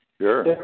Sure